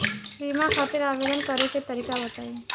बीमा खातिर आवेदन करे के तरीका बताई?